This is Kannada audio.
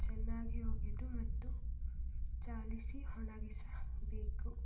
ಚೆನ್ನಾಗಿ ಒಗೆದು ಮತ್ತು ಜಾಲಿಸಿ ಒಣಗಿಸಬೇಕು